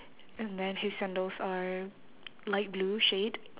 and then his sandals are light blue shade